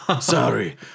Sorry